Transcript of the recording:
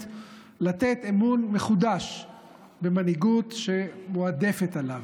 לתת אמון מחודש במנהיגות שמועדפת עליו.